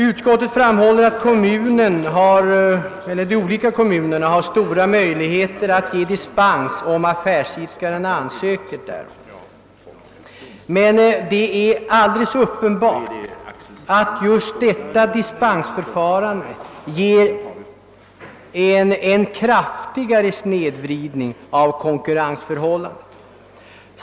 Utskottet framhåller att de olika kommunerna har stora möjligheter att ge dispens om affärsidkaren ansöker därom, men det är alldeles uppenbart att just detta dispensförfarande ger en kraftigare snedvridning av konkurrensförhållandena.